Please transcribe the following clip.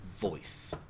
voice